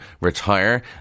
retire